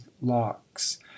locks